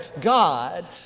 God